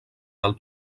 del